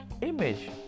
image